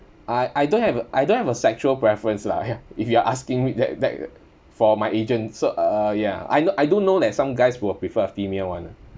I I don't have a I don't have a sexual preference lah if you are asking me that that for my agent so uh ya I know I do know there's some guys will prefer a female [one] ah